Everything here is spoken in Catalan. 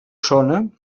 sona